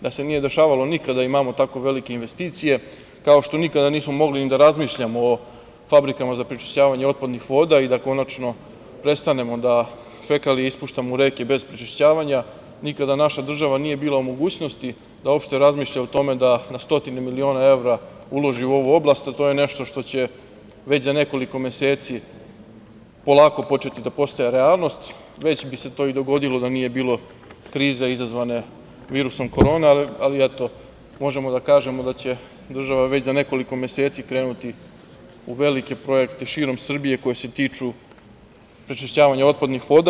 Da se nije dešavalo nikada da imamo tako velike investicije, kao što nikada nismo mogli ni da razmišljamo o fabrikama za prečišćavanje otpadnih voda, i da konačno prestanemo da fekalije ispuštamo u reke bez prečišćavanja, nikada naša država nije bila u mogućnosti da uopšte razmišlja o tome da stotine milione evra uloži u ovu oblast, jer to je nešto što će već za nekoliko meseci polako početi da postaje realnost, već bi se to dogodilo da nije bilo krize izazvane virusom Korona, ali eto možemo da kažemo da će država već za nekoliko meseci krenuti u velike projekte i širom Srbije, koji se tiču prečišćavanja otpadnih voda.